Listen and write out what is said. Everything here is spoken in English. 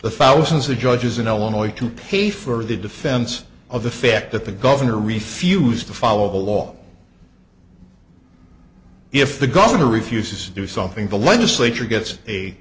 the thousands of judges in illinois to pay for the defense of the fact that the governor refused to follow the law if the governor refuses to do something the legislature gets a